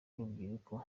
urubyiruko